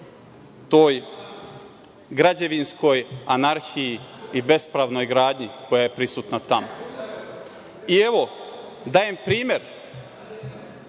toj građevinskoj anarhiji i bespravnoj gradnji koja je prisutna tamo. Evo, dajem primer